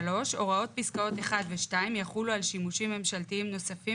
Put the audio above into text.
3 "הוראות פסקאות 1 ו-2 יחולו על שימושים ממשלתיים נוספים